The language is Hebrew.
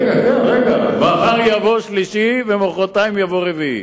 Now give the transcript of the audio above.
רגע, כן, מחר יבוא שלישי ומחרתיים יבוא רביעי.